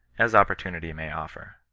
as opportunity may offer.